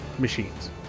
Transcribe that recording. Machines